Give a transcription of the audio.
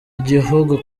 gihugu